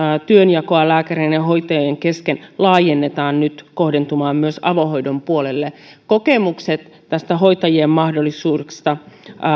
työnjakoa lääkäreiden ja hoitajien kesken laajennetaan nyt kohdentumaan myös avohoidon puolelle kokemukset hoitajien mahdollisuudesta